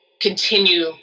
continue